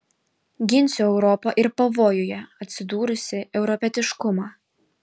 ginsiu europą ir pavojuje atsidūrusį europietiškumą